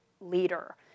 leader